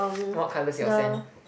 what colour's your sand